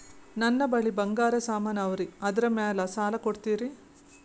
ನನ್ನ ಬಳಿ ಬಂಗಾರ ಸಾಮಾನ ಅವರಿ ಅದರ ಮ್ಯಾಲ ಸಾಲ ಕೊಡ್ತೀರಿ?